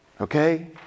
Okay